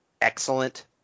excellent